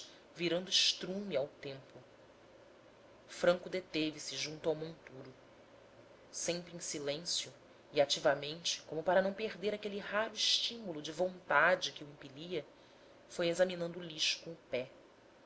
virando estrume ao tempo franco deteve-se junto ao monturo sempre em silêncio e ativamente como para não perder aquele raro estimulo de vontade que o impelia foi examinando o lixo com o pé